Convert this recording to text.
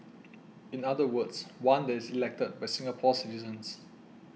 in other words one that is elected by Singapore citizens